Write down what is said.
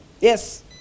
Yes